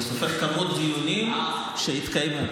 אני סופר דיונים שהתקיימו.